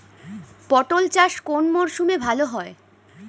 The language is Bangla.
পটল চাষ কোন মরশুমে ভাল হয়?